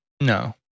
No